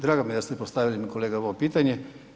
Drago mi je da ste postavili kolega ovo pitanje.